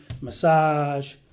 massage